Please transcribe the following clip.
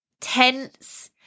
tense